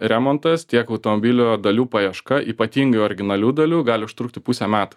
remontas tiek automobilio dalių paieška ypatingai originalių dalių gali užtrukti pusę metų